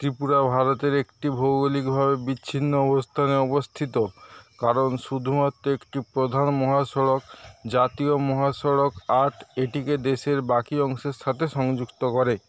ত্রিপুরা ভারতের একটি ভৌগলিকভাবে বিচ্ছিন্ন অবস্থানে অবস্থিত কারণ শুধুমাত্র একটি প্রধান মহাসড়ক জাতীয় মহাসড়ক আট এটিকে দেশের বাকি অংশের সাথে সংযুক্ত করে